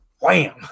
Wham